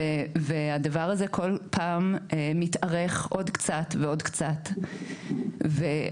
והדבר הזה כל פעם מתארך עוד קצת ועוד קצת, ועכשיו,